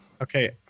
Okay